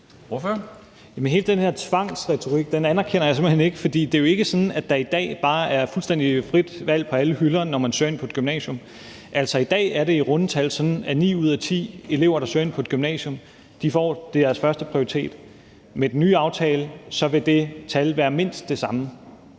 Hele den her tvangsretorik anerkender jeg simpelt hen ikke, for det er jo ikke sådan, at der i dag bare er fuldstændig frit valg på alle hylder, når man søger ind på et gymnasium. Altså, i dag er det i runde tal sådan, at ni ud af ti elever, der søger ind på et gymnasium, får imødekommet deres førsteprioritet. Med den nye aftale vil det tal være mindst det samme.